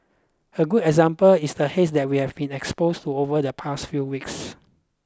a good example is the haze that we have been exposed to over the past few weeks